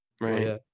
Right